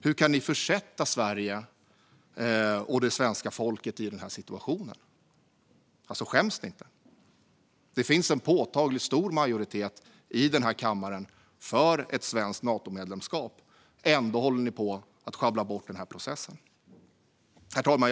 Hur kan ni försätta Sverige och det svenska folket i denna situation? Skäms ni inte? Det finns en påtagligt stor majoritet i denna kammare för ett svenskt Natomedlemskap, och ändå håller ni på och sjabblar bort processen. Herr talman!